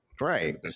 Right